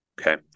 Okay